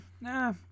Nah